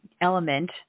element